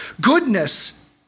Goodness